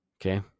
Okay